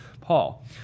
Paul